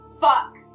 fuck